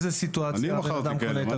זה תלוי באיזו סיטואציה הבן אדם קונה את הרכב.